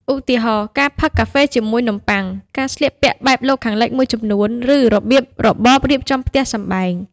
ឧទាហរណ៍ ការផឹកកាហ្វេជាមួយនំប៉័ង ការស្លៀកពាក់បែបលោកខាងលិចមួយចំនួន ឬរបៀបរបបរៀបចំផ្ទះសម្បែង។